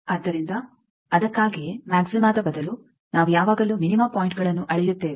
ಆದ್ದರಿಂದ ಅದಕ್ಕಾಗಿಯೇ ಮ್ಯಾಕ್ಸಿಮದ ಬದಲು ನಾವು ಯಾವಾಗಲೂ ಮಿನಿಮ ಪಾಯಿಂಟ್ ಗಳನ್ನು ಅಳೆಯುತ್ತೇವೆ